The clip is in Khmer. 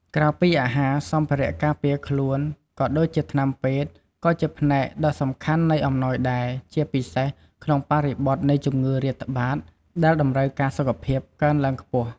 ក្រៅពីអាហារ សម្ភារៈការពារខ្លួន ដូចជាថ្នាំពេទ្យ ក៏ជាផ្នែកដ៏សំខាន់នៃអំណោយដែរ ជាពិសេសក្នុងបរិបទនៃជំងឺរាតត្បាត ដែលតម្រូវការសុខភាពកើនឡើងខ្ពស់។